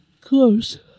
close